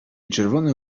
czerwone